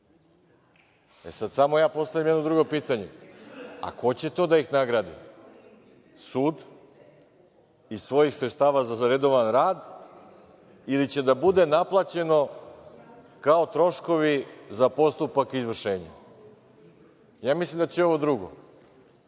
E, sad samo postavljam jedno drugo pitanje – a ko će to da ih nagradi? Sud iz svojih sredstava za redovan rad ili će da bude naplaćeno kao troškovi za postupak izvršenja? Ja mislim da će ovo drugo.I